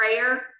prayer